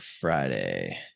friday